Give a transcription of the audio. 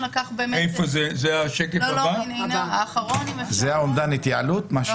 ולכן במכלול השיקולים העמדה הממשלתית היא